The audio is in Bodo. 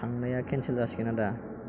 थांनाया केनसेल जासिगोन आदा